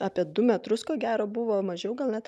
apie du metrus ko gero buvo mažiau gal net